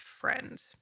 friend